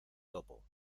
topo